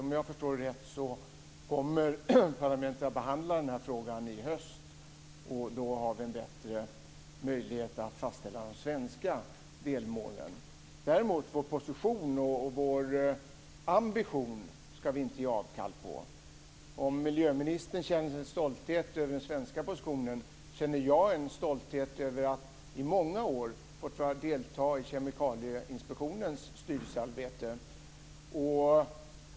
Om jag förstår det rätt kommer parlamentet att behandla den här frågan i höst, och då har vi bättre möjligheter att fastställa de svenska delmålen. Däremot ska vi inte ge avkall på vår position och vår ambition. Om miljöministern känner stolthet över den svenska positionen, känner jag en stolthet över att i många år fått delta i Kemikalieinspektionens styrelsearbete.